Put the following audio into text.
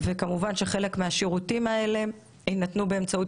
וכמובן שחלק מהשירותים האלה יינתנו באמצעות